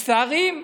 מצטערים.